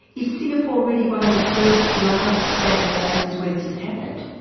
is singapore really one of the first large-scale places where this has happened?